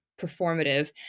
performative